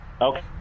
Okay